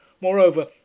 moreover